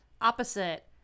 opposite